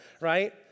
right